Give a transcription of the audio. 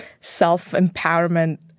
self-empowerment